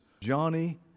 Johnny